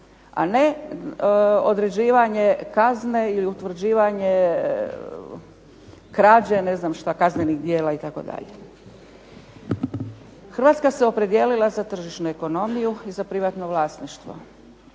a ne određivanje kazne ili utvrđivanje kaznenih djela itd. Hrvatska se opredijelila za tržišnu ekonomiju i za privatno vlasništvu,